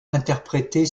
interprété